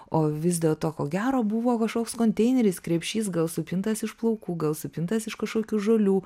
o vis dėlto ko gero buvo kažkoks konteineris krepšys gal supintas iš plaukų gal supintas iš kažkokių žolių